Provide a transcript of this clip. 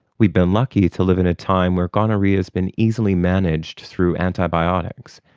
we been lucky to live in a time where gonorrhoea has been easily managed through antibiotics.